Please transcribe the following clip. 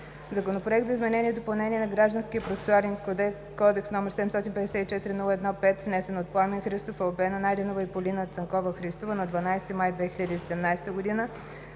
Законопроект за изменение и допълнение на Гражданския процесуален кодекс, № 754-01-5, внесен от Пламен Христов, Албена Найденова и Полина Цанкова – Христова на 12 май 2017 г.,